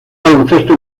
baloncesto